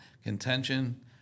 Contention